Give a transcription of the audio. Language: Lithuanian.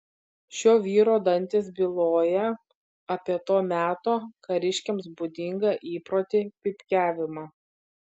šio vyro dantys byloja apie to meto kariškiams būdingą įprotį pypkiavimą